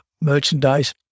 merchandise